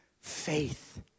faith